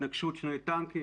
התנגשות שני טנקים.